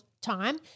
time